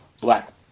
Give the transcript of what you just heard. black